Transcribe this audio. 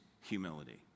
humility